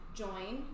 join